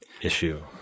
issue